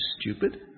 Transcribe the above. stupid